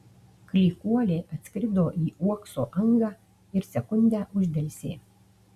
klykuolė atskrido į uokso angą ir sekundę uždelsė